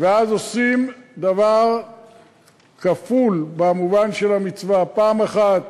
ואז עושים דבר כפול במובן של המצווה: פעם אחת